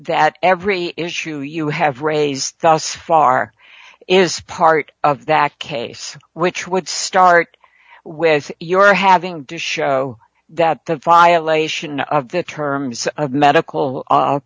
that every issue you have raised thus far is part of that case which would start with your having to show that the violation of the terms of medical